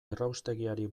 erraustegiari